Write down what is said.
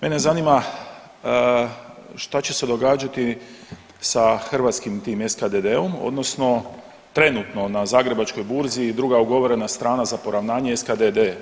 Mene zanima šta će se događati sa hrvatskim tim SKDD-om, odnosno trenutno na zagrebačkoj burzi druga ugovorene srana za poravnanje SKDD.